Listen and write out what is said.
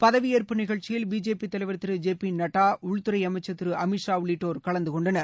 பதவியேற்பு நிகழ்ச்சியில் பிஜேபி தலைவர் திரு ஜெ பி நட்டா உள்துறை அமைச்சர் திரு அமித் ஷா உள்ளிட்டோர் கலந்து கொண்டனர்